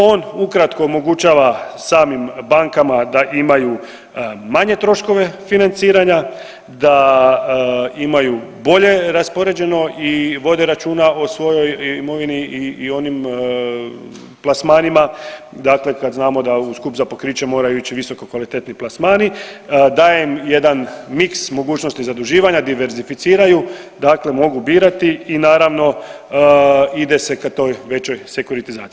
On ukratko omogućava samim bankama da imaju manje troškove financiranja, da imaju bolje raspoređeno i vode računa o svojoj imovini i onim plasmanima, dakle kad znamo da u skup za pokriće moraju ići visoko kvalitetni plasmani dajem jedan miks mogućnosti zaduživanja diverzificiraju, dakle mogu birati i naravno ide se ka toj većoj sekuritizaciji.